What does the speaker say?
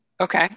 Okay